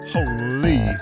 Holy